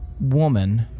woman